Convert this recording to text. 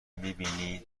میبینید